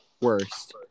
Worst